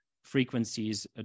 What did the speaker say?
frequencies